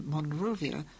Monrovia